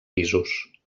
pisos